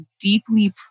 deeply